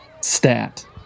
Stat